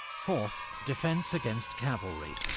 fourth, defence against cavalry.